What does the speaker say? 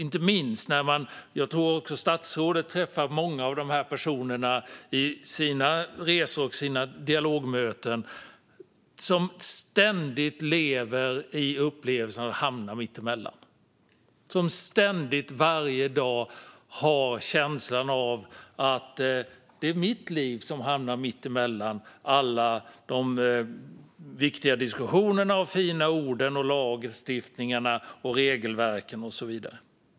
Jag tror att också statsrådet i samband med sina resor och dialogmöten träffar många personer som ständigt upplever att de hamnar mitt emellan och som varje dag har känslan att det är deras liv som hamnar mitt emellan alla viktiga diskussioner, fina ord, lagstiftningar och regelverk.